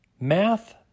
Math